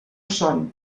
són